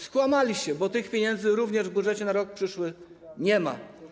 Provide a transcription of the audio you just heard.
Skłamaliście, bo tych pieniędzy również w budżecie na rok przyszły nie ma.